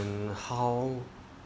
and how